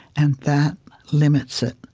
and that limits it.